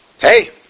Hey